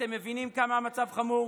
אתם מבינים כמה המצב חמור?